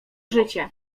życie